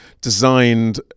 designed